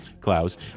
Klaus